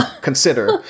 consider